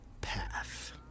path